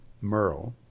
Merle